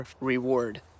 reward